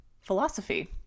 philosophy